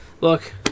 Look